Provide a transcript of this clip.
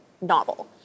novel